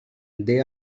they